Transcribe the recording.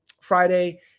Friday